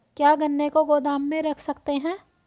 क्या गन्ने को गोदाम में रख सकते हैं?